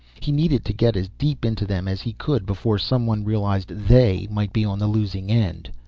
he needed to get as deep into them as he could before someone realized they might be on the losing end.